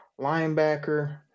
linebacker